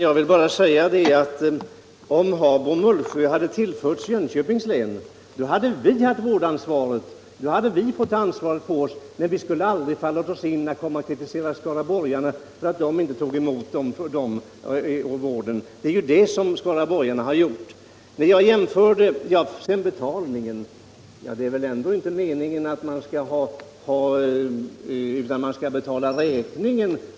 Herr talman! Om Habo och Mullsjö hade tillförts Jönköpings län, hade vi självklart tagit på oss vårdansvaret för invånarna där. Men det skulle i så fall aldrig ha fallit oss in att kritisera skaraborgarna för att de inte tog emot patienterna från detta område för vård. Det är det som skaraborgarna nu kritiserar oss för. i Herr Jansson säger att man betalar vården för de patienter man skickar över till det andra länet.